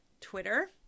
Twitter